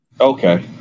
Okay